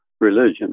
religion